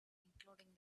including